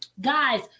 Guys